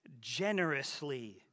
generously